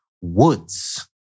Woods